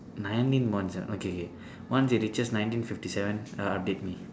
nineteen point seven okay K once it reaches nineteen fifty seven err update me